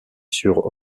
sur